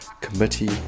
committee